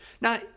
Now